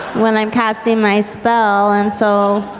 when i'm casting my spell and so,